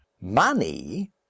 money